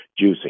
juicing